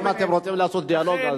אם אתם רוצים לעשות דיאלוג,